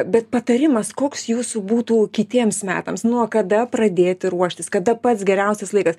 bet patarimas koks jūsų būtų kitiems metams nuo kada pradėti ruoštis kada pats geriausias laikas